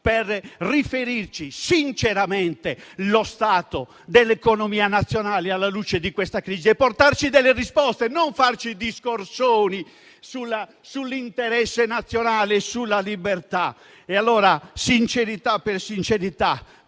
per riferirci sinceramente lo stato dell'economia nazionale alla luce di questa crisi e portarci delle risposte, non farci discorsoni sull'interesse nazionale e sulla libertà. E allora, sincerità per sincerità,